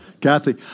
Kathy